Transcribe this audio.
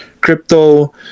crypto